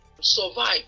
survive